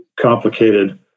complicated